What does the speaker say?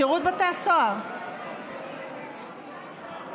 תודה רבה